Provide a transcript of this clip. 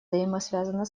взаимосвязана